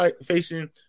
facing